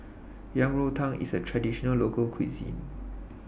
Yang Rou Tang IS A Traditional Local Cuisine